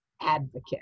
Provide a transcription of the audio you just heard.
advocate